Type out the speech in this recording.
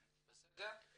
עתים.